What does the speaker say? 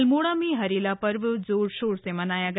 अल्मोड़ा में हरेला पर्व जोरशोर से मनाया गया